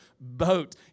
boat